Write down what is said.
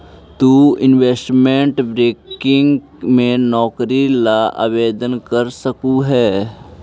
तु investment banking में नौकरी ला आवेदन कर सकलू हे